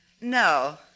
No